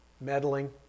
meddling